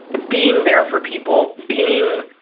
being there for people, being,